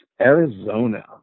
Arizona